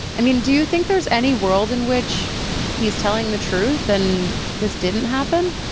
i mean do you think there's any world in which he's telling the truth and this didn't happen?